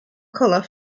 colour